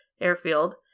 airfield